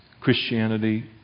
Christianity